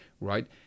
right